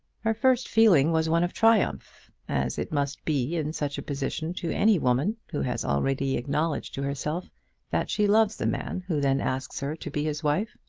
her first feeling was one of triumph as it must be in such a position to any woman who has already acknowledged to herself that she loves the man who then asks her to be his wife.